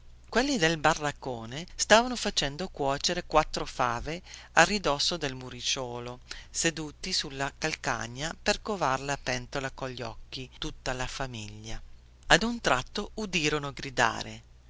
quelli del baraccone stavano facendo cuocere quattro fave a ridosso del muricciuolo seduti sulle calcagna per covar la pentola cogli occhi tutta la famiglia a un tratto udirono gridare